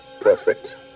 Perfect